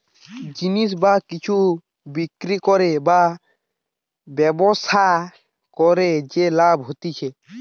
জিনিস বা কিছু বিক্রি করে বা ব্যবসা করে যে লাভ হতিছে